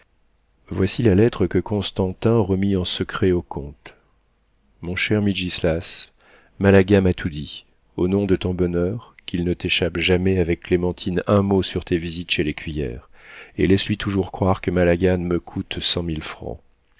voici la lettre que constantin remit en secret au comte mon cher mitgislas malaga m'a tout dit au nom de ton bonheur qu'il ne t'échappe jamais avec clémentine un mot sur tes visites chez l'écuyère et laisse lui toujours croire que malaga me coûte cent mille francs